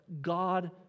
God